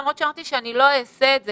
למרות שאמרתי שאני לא אעשה את זה,